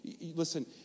listen